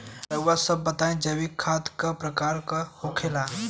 रउआ सभे बताई जैविक खाद क प्रकार के होखेला?